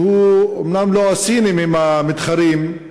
אומנם לא הסינים הם המתחרים,